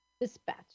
dispatch